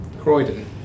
Croydon